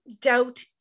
doubt